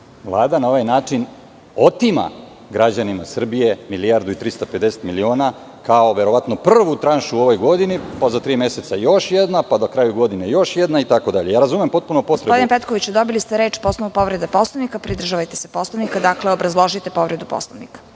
na ovaj način otima građanima Srbije 1.350.000.000 kao verovatno prvu tranšu u ovoj godini, pa za tri meseca još jedna, pa na kraju godine još jedna itd. Razumem potpuno... **Vesna Kovač** Gospodine Petkoviću, dobili ste reč po osnovu povrede Poslovnika. Pridržavajte se Poslovnika. Dakle, obrazložite povredu Poslovnika.